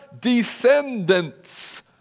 descendants